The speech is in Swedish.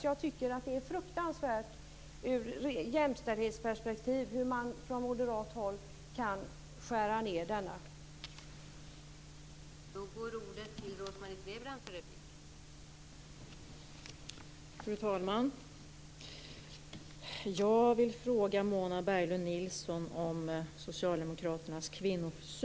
Jag tycker att det är fruktansvärt ur jämställdhetsperspektiv hur man från moderat håll kan skära ned havandeskapspenningen.